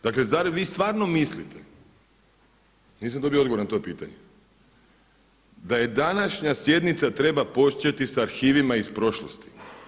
Dakle, zar vi stvarno mislite, nisam dobio odgovor na to pitanje da je današnja sjednica treba početi sa arhivima iz prošlosti?